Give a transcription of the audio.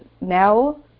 now